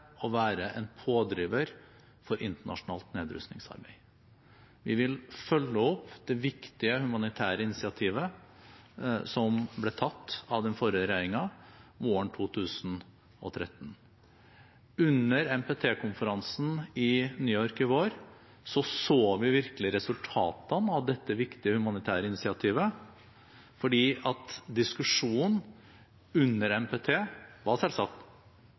å være en pådriver for internasjonalt nedrustningsarbeid. Vi vil følge opp det viktige humanitære initiativet som ble tatt av den forrige regjeringen våren 2013. Under NPT-konferansen i New York i vår så vi virkelig resultatene av dette viktige humanitære initiativet. Diskusjonen under NPT var selvsagt